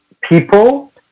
people